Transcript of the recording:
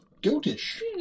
Goatish